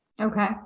okay